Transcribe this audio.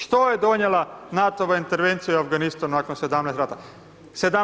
Što je donijela NATO-va intervencija u Afganistanu nakon 17